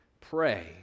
pray